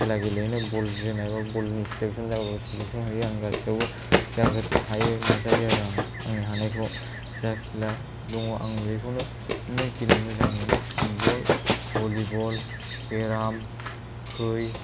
खेला गेलेनो बल जोनाय एबा बल नि सेलेकशन जाबाबो सेलेकशन हैयो आं गासैयावबो जागोन हायो नाजायो आरो आं आंनि हानायखौ जा खेला दङ आं बेखौनो गेलेनो मोजां मोनो फुटबल भलिबल केर'म खै